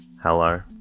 Hello